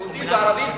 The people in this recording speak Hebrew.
יהודים וערבים,